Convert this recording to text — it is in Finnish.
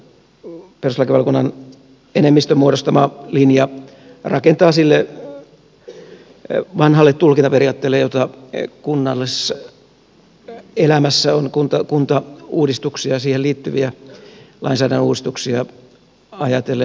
kokonaisuutena tämä perustuslakivaliokunnan enemmistön muodostama linja rakentaa sille vanhalle tulkintaperiaatteelle jota kunnalliselämässä on kuntauudistuksia ja siihen liittyviä lainsäädännön uudistuksia ajatellen aiemmin noudatettu